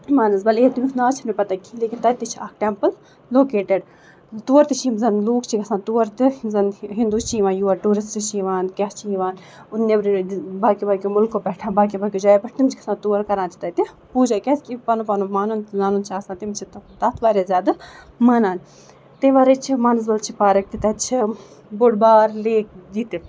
مانَسبل اے تَمیُک ناو چھَنہٕ مےٚ پَتہ کِہیٖنۍ لیکِن تَتہِ تہِ چھِ اَکھ ٹٮ۪مپٕل لوکیٹٕڈ تور تہِ یِم زَن لوٗکھ چھِ گژھان تور تہِ یِم زَن ہِندوٗ چھِ یِوان یور ٹوٗرِسٹ چھِ یِوان کیٛاہ چھِ یِوان اور نیٚبرٕ باقٕیو باقٕیو مٕلکو پٮ۪ٹھ باقیو باقیو جایو پٮ۪ٹھ تِم چھِ کھَسان تور کَران چھِ تَتہِ پوٗجا کیٛازِکہِ پَنُن پَنُن مانُن زانُن چھِ آسان تِم چھِ تَتھ واریاہ زیادٕ مانان تمہِ وَرٲے چھِ مانَسبل چھِ پارک تہٕ تَتہِ چھِ بوٚڑ بار لیک یہِ تہِ